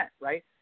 right